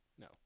No